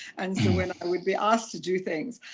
and so when i would be asked to do things,